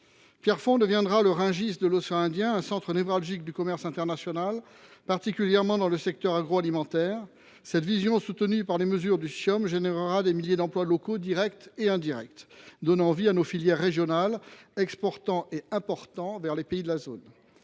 Pierrefonds deviendra le Rungis de l’océan Indien, un centre névralgique du commerce international, particulièrement dans le secteur agroalimentaire. Cette vision, soutenue par les mesures du comité interministériel des outre mer (Ciom), générera des milliers d’emplois locaux directs et indirects, donnant vie à nos filières régionales, exportant et important vers et depuis les pays de la zone.